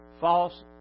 false